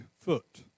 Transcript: foot